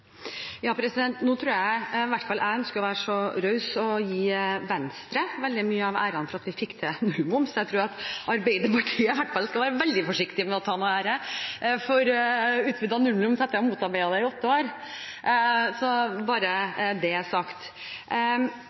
jeg gir Venstre veldig mye av æren for at vi fikk til nullmoms. Jeg tror at Arbeiderpartiet skal være veldig forsiktig med å ta æren for utvidet nullmoms etter å ha motarbeidet det i åtte år – bare så det er sagt.